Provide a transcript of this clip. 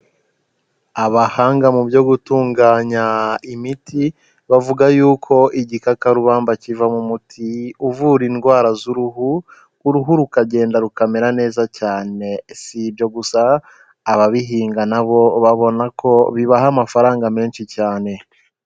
Abahanga mu byo gutunganya imiti bavuga yuko igikakarubamba kivamo umuti uvura indwara z'uruhu, uruhu rukagenda rukamera neza cyane. Si ibyo gusa, ababihinga na bo babona ko bibaha amafaranga menshi cyane.